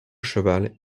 cheval